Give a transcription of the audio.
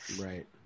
Right